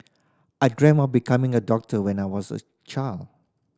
I dream of becoming a doctor when I was a child